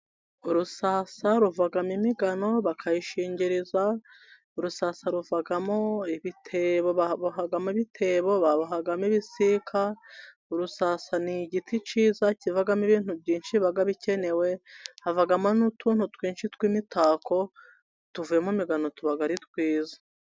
Urusasa ruvamo imigano bakayishingiriza, urusasa babohamo ibitebo, habohamo ibisika, urusasa ni igiti cyiza kivamo ibintu byinshi bikenewe, havamo n' utuntu twinshi tw' imitako tuvuyemo imigano tuba ari twiza.